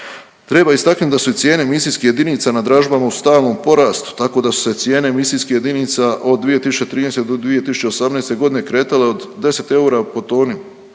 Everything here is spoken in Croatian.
Treba istaknuti i da su cijene emisijskih jedinica na dražbama u stalnom porastu, tako da su se cijene emisijskih jedinica od 2013. do 2018. g. kretale od 10 eura po toni